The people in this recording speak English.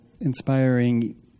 inspiring